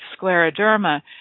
scleroderma